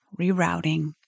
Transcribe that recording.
rerouting